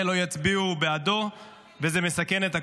לא יצביעו בעדו וזה מסכן את הקואליציה,